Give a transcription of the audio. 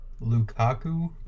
Lukaku